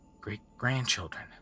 great-grandchildren